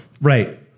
Right